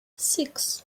six